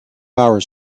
hours